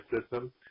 system